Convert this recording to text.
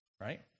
Right